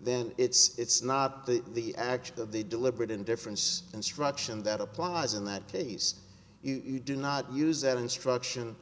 then it's not the action of the deliberate indifference instruction that applies in that case you do not use that instruction